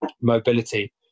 mobility